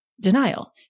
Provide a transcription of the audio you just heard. denial